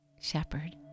Shepherd